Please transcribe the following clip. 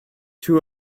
two